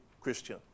Christian